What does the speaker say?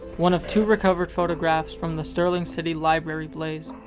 one of two recovered photographs from the stirling city library blaze.